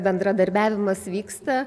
bendradarbiavimas vyksta